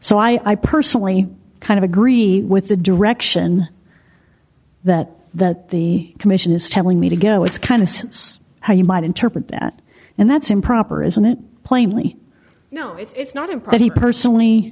so i personally kind of agree with the direction that that the commission is telling me to go it's kind of how you might interpret that and that's improper isn't it plainly you know it's not a pretty personally